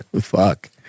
Fuck